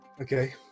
Okay